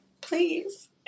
Please